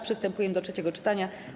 Przystępujemy do trzeciego czytania.